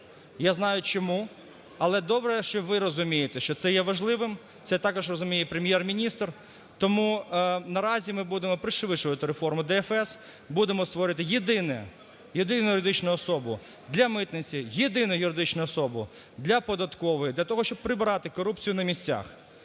я знаю чому, але добре, що ви розумієте, що це є важливим, це також розуміє і Прем'єр-міністр. Тому наразі ми будемо пришвидшувати реформу ДФС, будемо створювати єдине, єдину юридичну особу для митниці, єдину юридичну особу для податкової, для того, щоб прибрати корупцію на місцях.